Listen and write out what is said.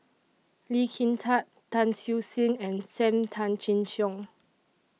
Lee Kin Tat Tan Siew Sin and SAM Tan Chin Siong